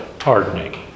hardening